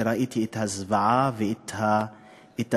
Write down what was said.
וראיתי את הזוועה ואת ההרס,